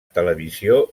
televisió